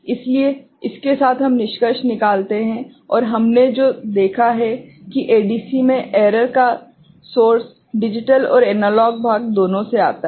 इसलिए इसके साथ हम निष्कर्ष निकालते हैं और हमने जो देखा है कि एडीसी में एरर का स्रोत डिजिटल और एनालॉग भाग दोनों से आता है